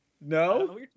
no